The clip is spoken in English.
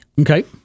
okay